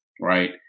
right